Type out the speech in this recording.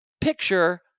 picture